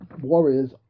warrior's